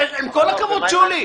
עם כל הכבוד, שולי.